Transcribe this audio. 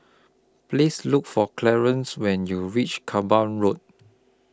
Please Look For Clarance when YOU REACH Kerbau Road